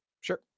Sure